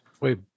Wait